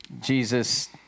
Jesus